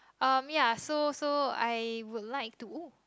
um ya so so I would like to